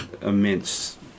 immense